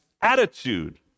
attitude